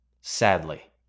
Sadly